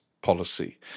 Policy